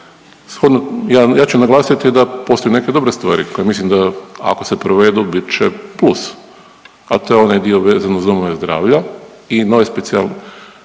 Ja ću naglasiti da postoje neke dobre stvari koje mislim ako se provedu bit će plus, a to je onaj dio vezan uz domove zdravlja i nove specijaliste